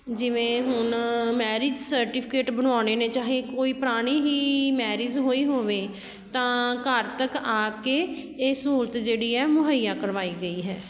ਜਿਵੇਂ ਹੁਣ marriage certificate ਬਣਵਾਉਣੇ ਨੇ ਚਾਹੇ ਕੋਈ ਪੁਰਾਣੀ ਹੀ ਮੈਰਿਜ ਹੋਈ ਹੋਵੇ ਤਾਂ ਘਰ ਤੱਕ ਆ ਕੇ ਇਹ ਸਹੂਲਤ ਜਿਹੜੀ ਹੈ ਮੁਹੱਈਆ ਕਰਵਾਈ ਗਈ ਹੈ